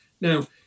Now